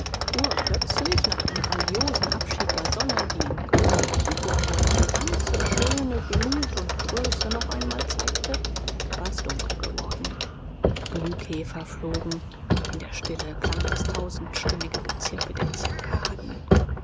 urplötzlich nach dem grandiosen abschied der sonne die in königlichem purpur ihre ganze schöne glut und größe noch einmal zeigte war es dunkel geworden glühkäfer flogen in der stille klang das tausendstimmige gezirpe der zikaden